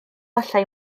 allai